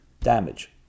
damage